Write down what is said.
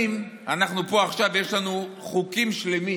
עכשיו יש לנו חוקים שלמים